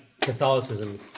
Catholicism